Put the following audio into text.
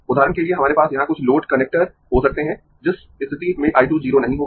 उदाहरण के लिए हमारे पास यहां कुछ लोड कनेक्टर हो सकते है जिस स्थिति में I 2 0 नहीं होगा